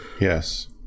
Yes